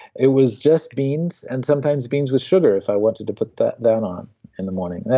it was just beans, and sometimes beans with sugar if i wanted to put that down on in the morning. yeah